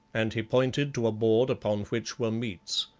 and he pointed to a board upon which were meats,